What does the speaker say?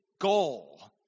goal